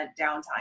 downtime